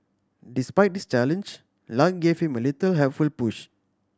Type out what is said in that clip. despite this challenge luck gave him a little helpful push